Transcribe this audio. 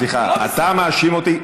סליחה, אתה מאשים אותי?